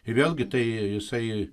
ir vėlgi tai jisai